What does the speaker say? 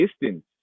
distance